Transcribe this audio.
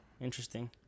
Interesting